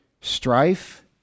Strife